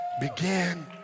begin